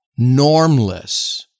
normless